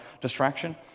distraction